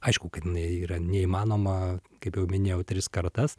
aišku kad jinai yra neįmanoma kaip jau minėjau tris kartas